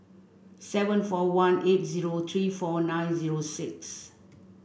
seven four one eight zero three four nine zero six